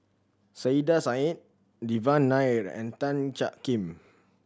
Saiedah Said Devan Nair and Tan Jiak Kim